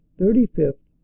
thirty fifth,